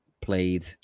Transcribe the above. played